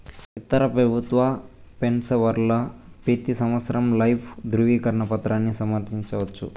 ఇతర పెబుత్వ పెన్సవర్లు పెతీ సంవత్సరం లైఫ్ దృవీకరన పత్రాని సమర్పించవచ్చు